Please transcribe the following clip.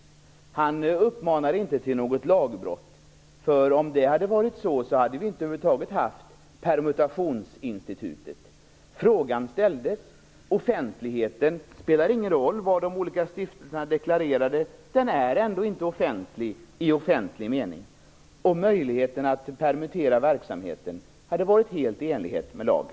Carl Tham uppmanade inte till något lagbrott, för om det hade varit så hade vi inte över huvud taget haft permutationsinstitutet. En fråga ställdes, som sagt. Men när det gäller offentligheten spelar det ingen roll vad de olika stiftelserna deklarerade. Det är ändå inte offentlighet i offentlig mening. Möjligheten att permutera verksamheten hade varit helt i enlighet med lagen.